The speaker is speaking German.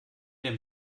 den